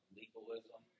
legalism